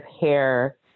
hair